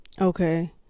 okay